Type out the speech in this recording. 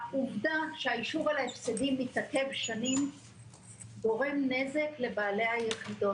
העובדה שהאישור על ההפסדים מתעכב שנים גורם נזק לבעלי היחידות,